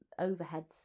overheads